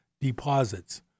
deposits